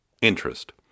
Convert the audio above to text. interest